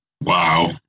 Wow